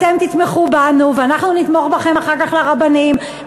אתם תתמכו בנו ואנחנו נתמוך בכם אחר כך לרבנים,